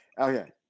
Okay